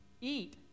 eat